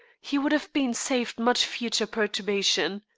he would have been saved much future perturbation.